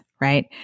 right